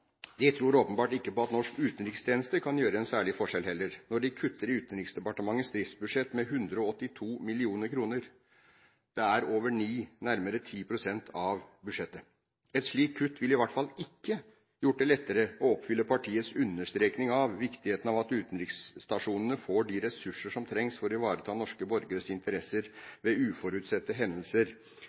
at norsk utenrikstjeneste kan gjøre en særlig forskjell, heller, når de kutter i Utenriksdepartementets driftsbudsjett med 182 mill. kr – det er over 9 pst., nærmere 10 pst., av budsjettet. Et slikt kutt ville i hvert fall ikke gjort det lettere å oppfylle partiets understreking av viktigheten av at utenriksstasjonene får de ressurser som trengs for å ivareta norske borgeres interesser ved uforutsette hendelser,